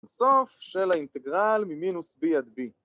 סוף של האינטגרל ממינוס b עד b.